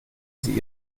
sie